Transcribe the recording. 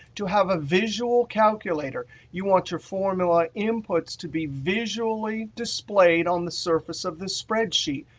to have a visual calculator. you want your formula inputs to be visually displayed on the surface of the spreadsheet.